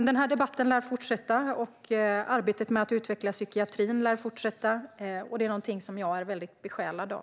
Den här debatten lär fortsätta. Arbetet med att utveckla psykiatrin lär fortsätta. Detta är något som jag är väldigt besjälad av.